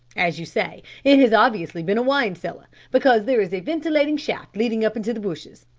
as you say, it has obviously been a wine cellar, because there is a ventilating shaft leading up into the bushes.